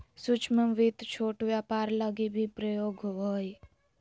सूक्ष्म वित्त छोट व्यापार लगी भी प्रयोग होवो हय